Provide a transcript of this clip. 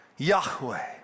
Yahweh